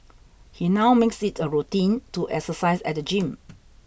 he now makes it a routine to exercise at the gym